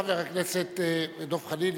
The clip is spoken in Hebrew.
חבר הכנסת דב חנין,